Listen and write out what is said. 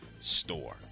store